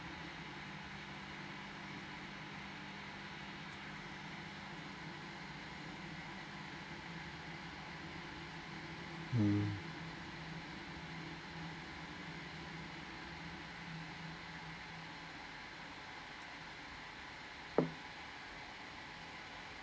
mm